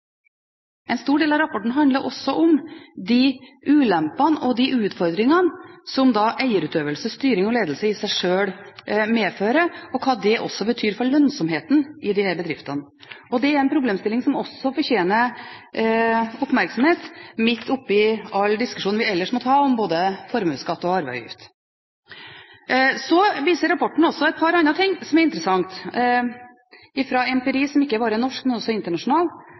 En stor del av rapporten handler også om de ulempene og de utfordringene som eierutøvelse og styring og ledelse i seg sjøl medfører, og hva det også betyr for lønnsomheten i disse bedriftene. Det er en problemstilling som også fortjener oppmerksomhet midt oppe i all diskusjonen vi ellers måtte ha om både formuesskatt og arveavgift. Så viser rapporten også et par andre ting som er interessant fra empiri som ikke bare er norsk, men også internasjonal,